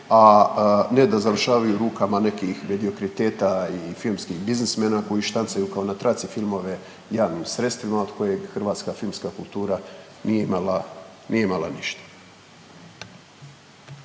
a ne da završavaju u rukama nekih mediokriteta i filmskih biznismena koji štancaju kao na traci filmove javnim sredstvima od kojeg hrvatska filmska kultura nije imala, nije